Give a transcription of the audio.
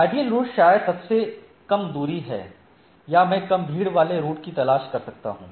ideal route शायद सबसे कम दूरी है या मैं कम भीड़ वाले रूट की तलाश कर सकता हूं